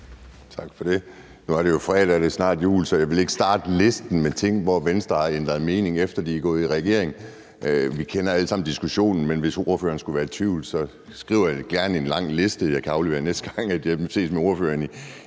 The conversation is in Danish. Tak for det. Nu er det jo fredag, og det er snart jul, så jeg vil ikke starte med listen med ting, hvor Venstre har ændret mening, efter at de er gået i regering. Vi kender alle sammen diskussionen, men hvis ordføreren skulle være i tvivl, skriver jeg gerne en lang liste, som jeg kan aflevere næste gang, jeg ses med ordføreren i